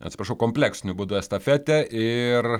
atsiprašau kompleksiniu būdu estafetę ir